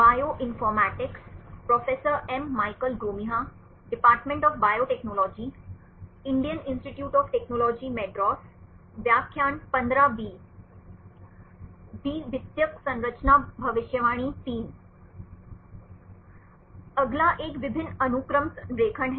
अगला एक विभिन्न अनुक्रम संरेखण है